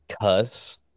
cuss